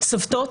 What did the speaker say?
סבתות,